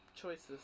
choices